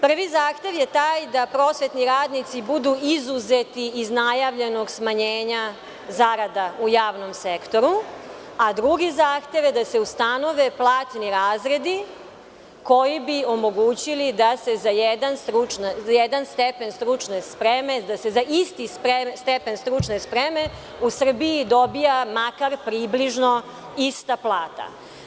Prvi zahtev je taj, da prosvetni radnici budu izuzeti iz najavljenog smanjenja zarada u javnom sektoru, a drugi zahtev je da se ustanove platni razredi koji bi omogućili da se za jedan stepen stručne spreme, da se za isti stepen stručne spreme u Srbiji dobija makar približno ista plata.